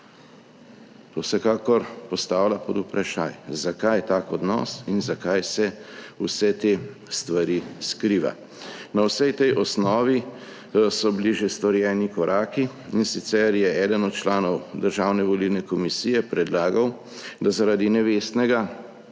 To vsekakor postavlja pod vprašaj, zakaj tak odnos in zakaj se vse te stvari skriva. Na vsej tej osnovi so bili že storjeni koraki, in sicer je eden od članov Državne volilne komisije predlagal, da zaradi nevestnega,